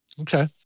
Okay